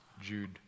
Jude